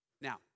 Now